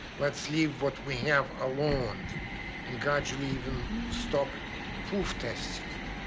let's leave what we have alone and gradually even stoop proof testing it,